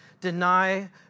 deny